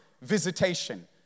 visitation